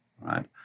right